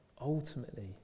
ultimately